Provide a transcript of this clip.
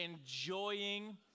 enjoying